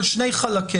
על שני חלקיה.